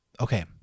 Okay